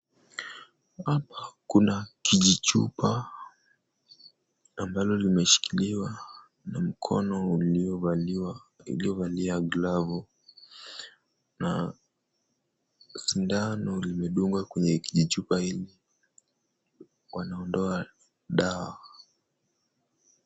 Hapa kuna kijichupa ambalo limeshikiliwa na mkono uliovalia glavu na sindano limedungwa kwenye kijichupa hili. Wanaondoa dawa.